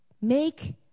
Make